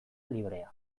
librea